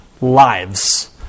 lives